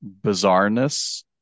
bizarreness